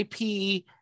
IP